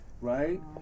right